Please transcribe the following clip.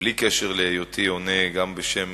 בלי קשר להיותי עונה גם בשם